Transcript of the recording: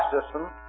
system